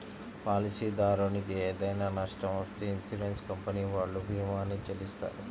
పాలసీదారునికి ఏదైనా నష్టం వత్తే ఇన్సూరెన్స్ కంపెనీ వాళ్ళు భీమాని చెల్లిత్తారు